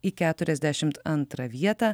į keturiasdešimt antrą vietą